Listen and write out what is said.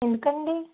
ఎంతండి